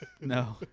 No